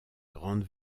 grande